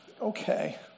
Okay